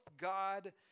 God